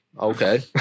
Okay